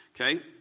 Okay